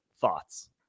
Thoughts